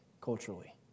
culturally